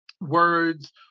words